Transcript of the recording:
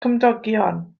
cymdogion